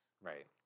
Right